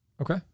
Okay